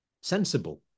sensible